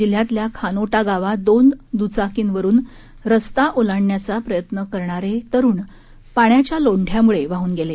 जिल्ह्यातल्या खानोटा गावात दोन दुचाकींवरून रस्ता ओलांडण्याचा प्रयत्न करणारे चार तरुण पाण्याच्या लोंढ्यामुळे वाहून गेले